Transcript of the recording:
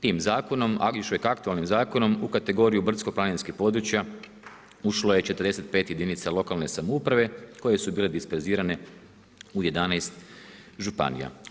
Tim zakonom, … aktualnim zakonom u kategoriju brdsko-planinskih područja ušlo je 45 jedinica lokalne samouprave koje su bile dispezirane u 11 županija.